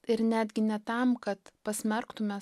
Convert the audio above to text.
ir netgi ne tam kad pasmerktume